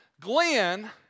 Glenn